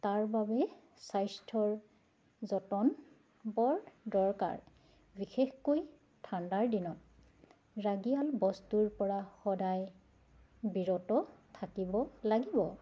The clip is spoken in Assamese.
তাৰ বাবে স্বাস্থ্যৰ যতন বৰ দৰকাৰ বিশেষকৈ ঠাণ্ডাৰ দিনত ৰাগিয়াল বস্তুৰ পৰা সদায় বিৰত থাকিব লাগিব